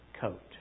coat